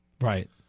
Right